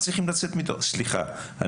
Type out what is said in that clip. סליחה,